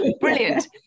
Brilliant